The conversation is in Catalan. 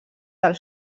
del